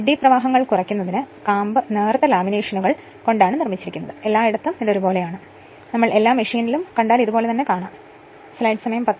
eddy പ്രവാഹങ്ങൾ കുറയ്ക്കുന്നതിന് കാമ്പ് നേർത്ത ലാമിനേഷനുകൾ കൊണ്ടാണ് നിർമ്മിച്ചിരിക്കുന്നത് ഇത് എല്ലായിടത്തും ഒരുപോലെയാണ് നിങ്ങൾ എല്ലാ മെഷീനുകളും കണ്ടാൽ ഇതുപോലെ കാണപ്പെടും